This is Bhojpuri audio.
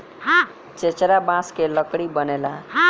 चेचरा बांस के लकड़ी बनेला